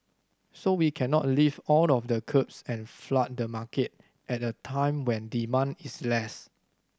so we cannot lift all of the curbs and flood the market at a time when demand is less